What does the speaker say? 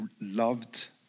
loved